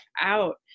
out